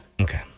Okay